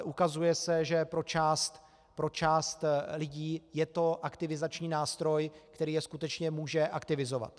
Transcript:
Ukazuje se, že pro část lidí je to aktivizační nástroj, který je skutečně může aktivizovat.